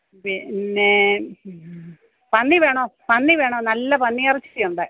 പിന്നെ പന്നി വേണോ പന്നി വേണോ നല്ല പന്നിയെറച്ചിയുണ്ട്